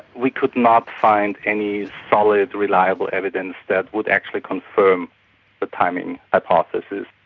we could not find any solid reliable evidence that would actually confirm the timing hypothesis.